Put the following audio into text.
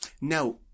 Now